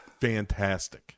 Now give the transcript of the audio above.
fantastic